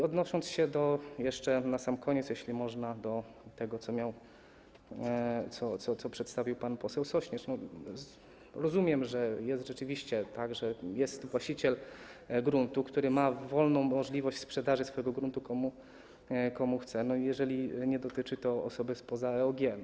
Odnosząc się jeszcze na sam koniec, jeśli można, do tego, co przedstawił pan poseł Sośnierz, rozumiem, że jest rzeczywiście tak, że jest właściciel gruntu, który ma wolną możliwość sprzedaży swojego gruntu, komu chce, jeżeli nie dotyczy to osoby spoza EOG.